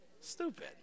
stupid